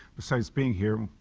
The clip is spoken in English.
besides being here,